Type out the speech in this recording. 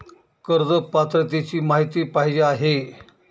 कर्ज पात्रतेची माहिती पाहिजे आहे?